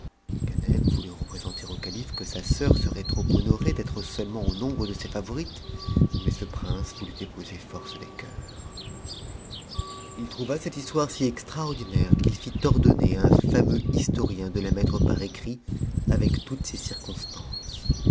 ganem voulut représenter au calife que sa sœur serait trop honorée d'être seulement au nombre de ses favorites mais ce prince voulu épouser force des cœurs il trouva cette histoire si extraordinaire qu'il fit ordonner à un fameux historien de la mettre par écrit avec toutes ses circonstances